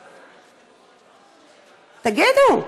תגידו,